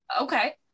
Okay